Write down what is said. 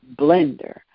blender